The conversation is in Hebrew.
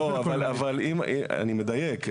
אני מדייק.